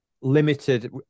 limited